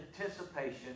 anticipation